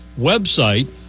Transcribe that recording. website